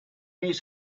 his